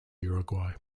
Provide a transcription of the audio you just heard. uruguay